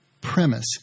premise